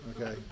okay